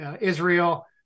Israel